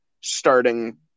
starting